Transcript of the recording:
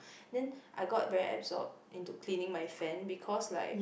then I got very absorbed into cleaning my fan because like